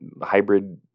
hybrid